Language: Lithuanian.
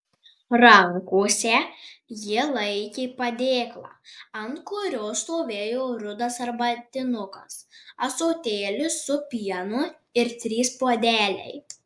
rankose ji laikė padėklą ant kurio stovėjo rudas arbatinukas ąsotėlis su pienu ir trys puodeliai